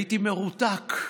הייתי מרותק,